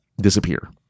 disappear